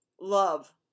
love